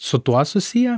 su tuo susiję